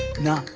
no,